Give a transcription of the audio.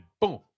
boom